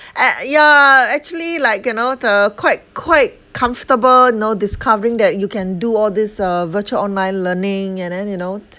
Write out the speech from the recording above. act~ ya actually like you know the quite quite comfortable you know discovering that you can do all this uh virtual online learning and then you know